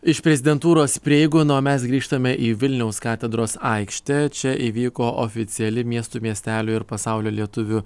iš prezidentūros prieigų na o mes grįžtame į vilniaus katedros aikštę čia įvyko oficiali miestų miestelių ir pasaulio lietuvių